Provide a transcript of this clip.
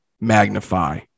magnify